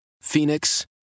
Phoenix